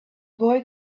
boy